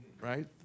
right